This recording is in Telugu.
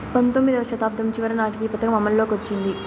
పంతొమ్మిదివ శతాబ్దం చివరి నాటికి ఈ పథకం అమల్లోకి వచ్చింది